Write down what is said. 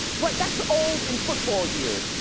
but that's old in football years.